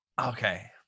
Okay